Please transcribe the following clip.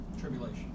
Tribulation